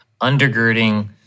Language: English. undergirding